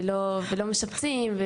ולא משפצים,